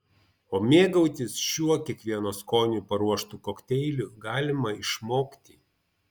o mėgautis šiuo kiekvieno skoniui paruoštu kokteiliu galima išmokti